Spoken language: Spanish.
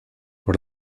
por